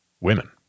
women